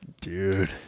dude